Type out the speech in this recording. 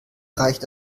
reicht